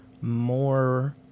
more